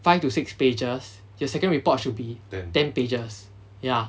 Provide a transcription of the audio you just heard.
five to six pages your second report should be ten pages ya